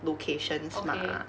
locations mah